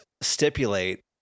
stipulate